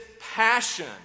passion